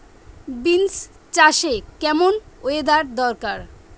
Beans চাষে কেমন weather দরকার?